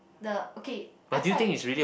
the okay I side with